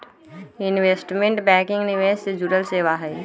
investment banking निवेश से जुड़ल सेवा हई